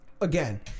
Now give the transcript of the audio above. again